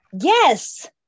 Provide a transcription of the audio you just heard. yes